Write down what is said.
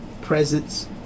presence